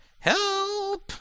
help